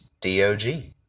D-O-G